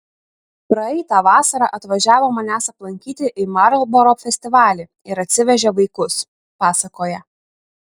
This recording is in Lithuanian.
praeitą vasarą atvažiavo manęs aplankyti į marlboro festivalį ir atsivežė vaikus pasakoja